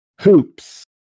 Hoops